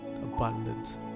abundance